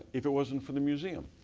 if it wasn't for the museum.